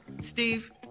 Steve